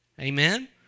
Amen